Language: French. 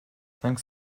cinq